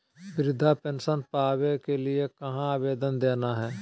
वृद्धा पेंसन पावे के लिए कहा आवेदन देना है?